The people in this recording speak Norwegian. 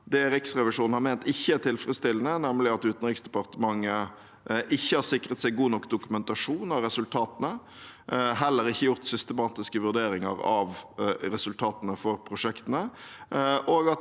det Riksrevisjonen har ment ikke er tilfredsstillende, nemlig at Utenriksdepartementet ikke har sikret seg god nok dokumentasjon av resultatene og heller ikke har gjort systematiske vurderinger av resultatene for prosjektene,